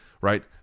right